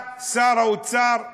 בא שר האוצר כחלון,